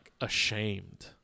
ashamed